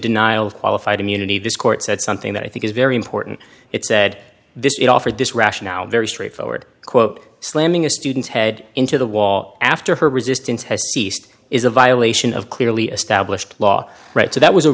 denial of qualified immunity this court said something that i think is very important it said this it offered this rationale very straightforward quote slamming a student's head into the wall after her resistance has ceased is a violation of clearly established law right so that was a